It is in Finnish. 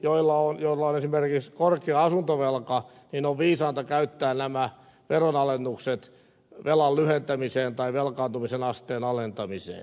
niiltä osin toki jos on esimerkiksi korkea asuntovelka on viisainta käyttää nämä veronalennukset velan lyhentämiseen tai velkaantumisen asteen alentamiseen